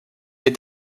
est